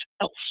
else